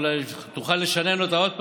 אולי תוכל לשנן אותה עוד פעם.